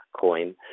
coin